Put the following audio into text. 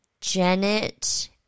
Janet